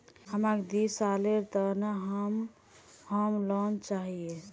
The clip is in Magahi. हमाक दी सालेर त न होम लोन चाहिए